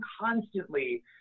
constantly